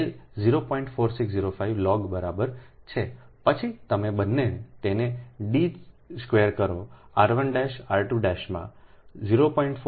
4605 log બરાબર છે પછી તમે બંને તેને d ચોરસ કરો r 1 r 2 માં 0